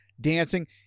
dancing